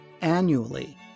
annually